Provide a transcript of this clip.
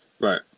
Right